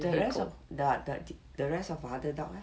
the rest of the the the rest of the other dog leh